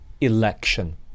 election